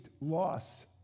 loss